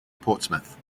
portsmouth